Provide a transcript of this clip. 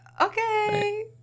Okay